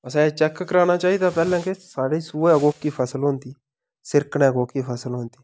असें एह् चैक कराना चाहिदा पैह्ले कि साढ़ा सोहै कोह्की फसल होंदी सिरकने कोह्की फसल होंदी